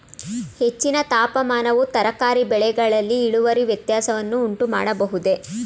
ಹೆಚ್ಚಿನ ತಾಪಮಾನವು ತರಕಾರಿ ಬೆಳೆಗಳಲ್ಲಿ ಇಳುವರಿ ವ್ಯತ್ಯಾಸವನ್ನು ಉಂಟುಮಾಡಬಹುದೇ?